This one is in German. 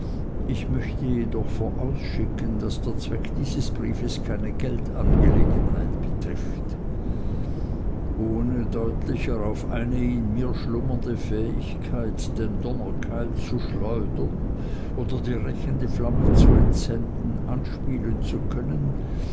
ich möchte jedoch vorausschicken daß der zweck dieses briefes keine geldangelegenheit betrifft ohne deutlicher auf eine in mir schlummernde fähigkeit den donnerkeil zu schleudern oder die rächende flamme zu entsenden anspielen zu können